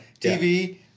TV